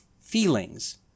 Feelings